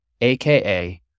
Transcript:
AKA